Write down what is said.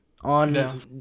on